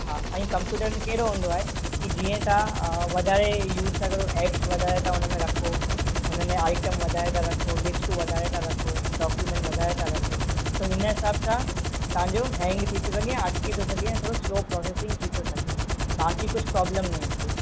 हा ऐं कंप्यूटर में अहिड़ो हूंदो आहे के जीअं तव्हां वधारे यूस था करो एप्स वधारे था रखो उन में आईटम वधारे था रखो लिस्टूं वधारे था रखो डोक्यूमेंट वधारे था रखो त हुन हिसाब सां तव्हां जो हैंग थी थो वञे अटिकी थो सघे ऐं थोरो स्लो प्रोसेसिंग थी थो सघे बाक़ी कुझु प्रॉब्लम न ईंदी